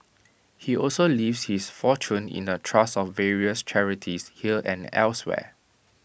he also leaves his fortune in A trust for various charities here and elsewhere